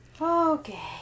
Okay